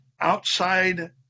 outside